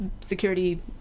security